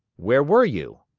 where were you?